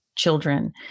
Children